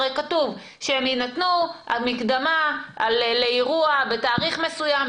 הרי כתוב שהן יינתנו על מקדמה לאירוע בתאריך מסוים,